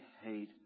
hate